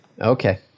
okay